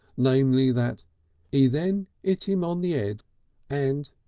namely, that e then it im on the ed and